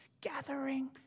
gathering